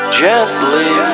gently